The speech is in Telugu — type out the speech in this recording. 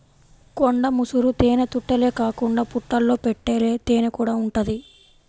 కొండ ముసురు తేనెతుట్టెలే కాకుండా పుట్టల్లో పెట్టే తేనెకూడా ఉంటది